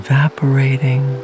Evaporating